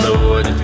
Lord